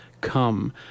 come